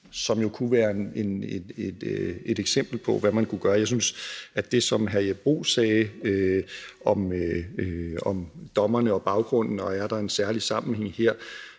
som jo kunne være et eksempel på, hvad man kunne gøre. Jeg synes, at det, som hr. Jeppe Bruus sagde, om dommerne og baggrunden, og om der er en særlig sammenhæng her,